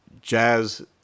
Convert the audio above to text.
Jazz